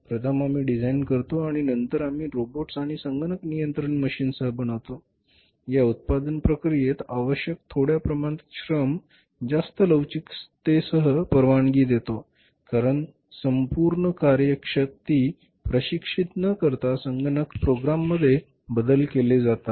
प्रथम आम्ही डिझाइन करतो आणि नंतर आम्ही रोबोट्स आणि संगणक नियंत्रण मशीनसह बनवतो या उत्पादन प्रक्रियेत आवश्यक थोड्या प्रमाणात श्रम जास्त लवचिकतेस परवानगी देतो कारण संपूर्ण कार्य शक्ती प्रशिक्षित न करता संगणक प्रोग्राममध्ये बदल केले जातात